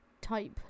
Type